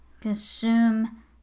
consume